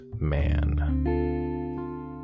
man